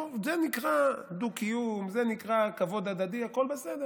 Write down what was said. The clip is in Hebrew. זה נקרא דו-קיום, זה נקרא כבוד הדדי, הכול בסדר.